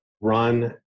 run